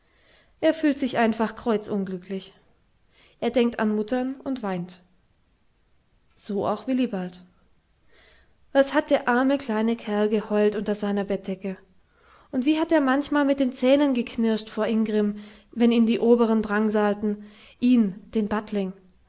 er fühlt sich einfach kreuzunglücklich er denkt an muttern und weint so auch willibald was hat der arme kleine kerl geheult unter seiner bettdecke und wie hat er manchmal mit den zähnen geknirscht vor ingrimm wenn ihn die oberen drangsalten ihn den